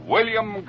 William